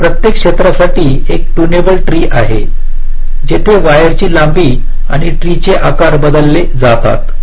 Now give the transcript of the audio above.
या प्रत्येक क्षेत्रासाठी एक ट्यूनबल ट्री आहे जिथे वायरची लांबी आणि ट्रीचे आकार बदलले जातात